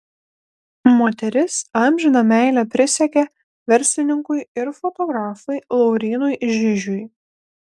moteris amžiną meilę prisiekė verslininkui ir fotografui laurynui žižiui